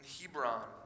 Hebron